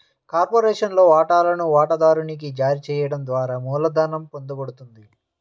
కార్పొరేషన్లోని వాటాలను వాటాదారునికి జారీ చేయడం ద్వారా మూలధనం పొందబడుతుంది